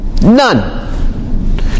None